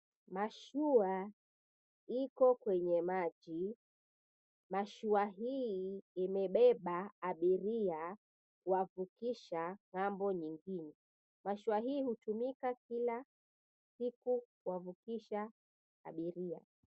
Mashua iko kwenye maji. Mashua hii imebeba abiria kuwapitisha ng'ambo nyingine. Mashua hutumika kila siku kuwavukisha abiria.